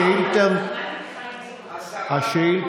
מה עם זכויות המיעוטים?